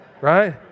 right